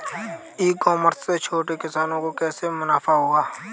ई commerce से छोटे किसानों को कैसे मुनाफा होगा?